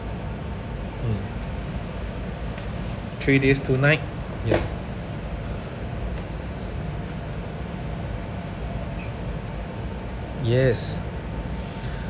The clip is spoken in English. mm three days two night ya yes